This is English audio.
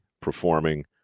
performing